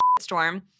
storm